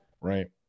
right